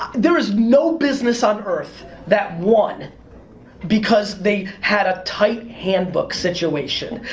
there is no business on earth that won because they had a tight handbook situation,